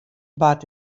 bard